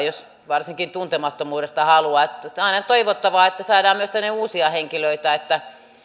varsinkin jos tuntemattomuudesta tänne haluaa päästä on aina toivottavaa että saadaan tänne myös uusia henkilöitä että